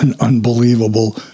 unbelievable